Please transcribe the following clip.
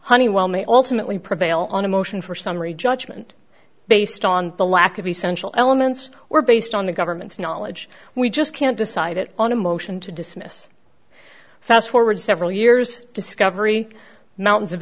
honeywell may ultimately prevail on a motion for summary judgment based on the lack of essential elements were based on the government's knowledge we just can't decide it on a motion to dismiss fast forward several years discovery mountains of